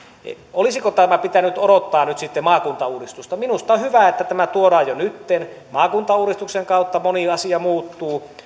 olisiko tämän pitänyt odottaa nyt sitten maakuntauudistusta minusta on hyvä että tämä tuodaan jo nytten maakuntauudistuksen kautta moni asia muuttuu